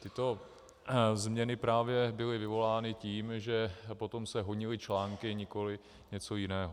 Tyto změny právě byly vyvolány tím, že potom se honily články, nikoliv něco jiného.